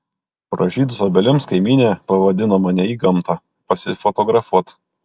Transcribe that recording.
pražydus obelims kaimynė pavadino mane į gamtą pasifotografuot